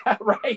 Right